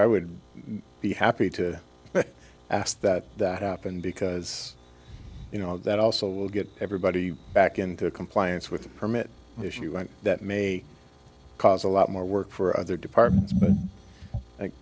chair would be happy to ask that that happen because you know that also will get everybody back into compliance with the permit issue and that may cause a lot more work for other departments